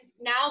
now